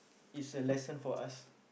is a lesson for us